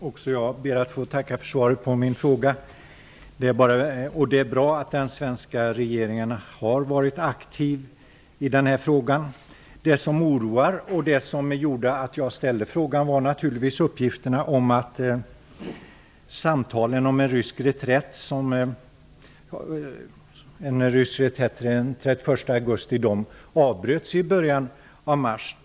Fru talman! Jag ber att få tacka för svaret på också min fråga. Det är bra att den svenska regeringen har varit aktiv i denna fråga. Det som oroar och som gjorde att jag ställde frågan var naturligtvis uppgifterna om att samtalen om en rysk reträtt till den 31 augusti avbröts i början av mars.